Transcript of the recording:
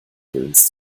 willens